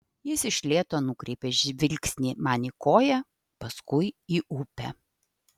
jis iš lėto nukreipia žvilgsnį man į koją paskui į upę